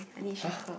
!huh!